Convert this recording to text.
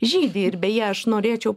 žydi ir beje aš norėčiau